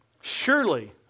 Surely